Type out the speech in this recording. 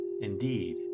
Indeed